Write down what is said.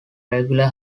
regular